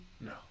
No